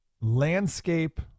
Landscape